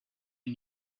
his